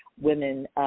women –